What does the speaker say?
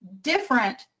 different